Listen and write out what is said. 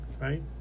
right